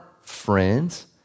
friends